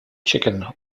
chicken